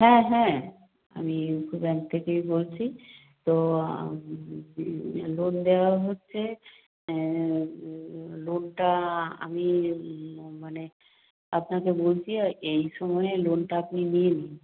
হ্যাঁ হ্যাঁ আমি ইউকো ব্যাংক থেকেই বলছি তো লোন দেওয়া হচ্ছে লোনটা আমি মানে আপনাকে বলছি এই সময়ে লোনটা আপনি নিয়ে নিন